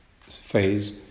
phase